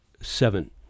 seven